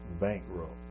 bankrupt